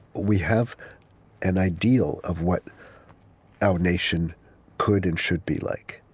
we have an ideal of what our nation could and should be like.